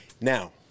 Now